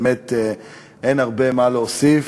באמת אין הרבה מה להוסיף.